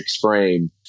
frame